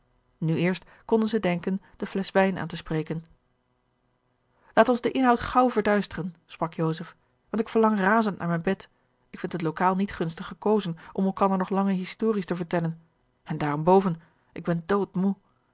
nu eerst konden zij denken de flesch wijn aan te spreken laat ons den inhoud gaauw verduisteren sprak joseph want ik verlang razend naar mijn bed ik vind het lokaal niet gunstig gekozen om elkander nog langer histories te vertellen en daarenboven ik ben dood